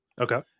Okay